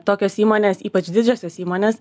tokios įmonės ypač didžiosios įmonės